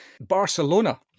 Barcelona